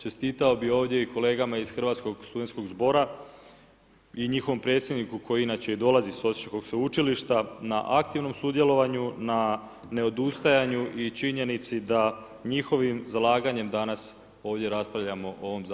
Čestitao bi ovdje i kolegama iz Hrvatskog studentskog zbora i njihovim predsjedniku koji inače dolaze s Osječkog sveučilišta na aktivnom sudjelovanju na neodustajanju i činjenici da njihovim zalaganjem, danas, ovdje raspravljamo o ovom zakon u Saboru.